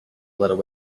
little